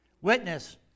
Witness